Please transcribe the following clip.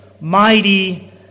Mighty